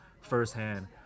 firsthand